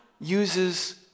uses